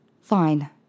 Fine